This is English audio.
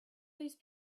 these